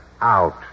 Out